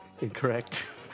Incorrect